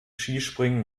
skispringen